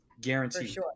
Guaranteed